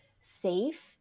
safe